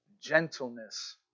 gentleness